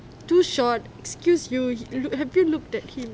two short excuse you have you looked at him